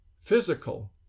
physical